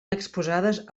exposades